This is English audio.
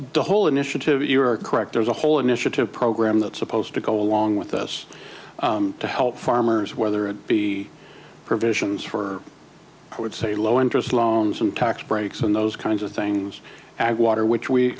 done whole initiative but you are correct there's a whole initiative program that's supposed to go along with us to help farmers whether it be provisions for i would say low interest loans and tax breaks and those kinds of things i water which we